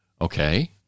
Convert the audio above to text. Okay